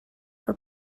for